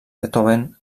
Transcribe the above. beethoven